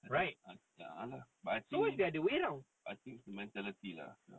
I think ah ya lah but I think I think it's the mentality lah